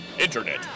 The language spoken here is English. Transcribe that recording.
Internet